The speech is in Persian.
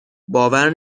باور